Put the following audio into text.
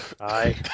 Aye